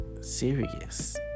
serious